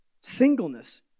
singleness